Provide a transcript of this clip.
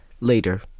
later